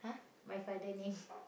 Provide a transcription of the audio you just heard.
my father name